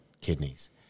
kidneys –